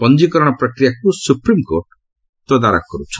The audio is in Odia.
ପଞ୍ଜିକରଣ ପ୍ରକ୍ରିୟାକୁ ସୁପ୍ରିମକୋର୍ଟ ତଦାରଖ କରୁଛନ୍ତି